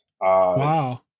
wow